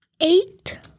Eight